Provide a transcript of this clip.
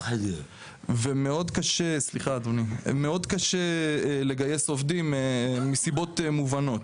מאוד קשה לגייס עובדים מסיבות מובנות.